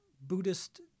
Buddhist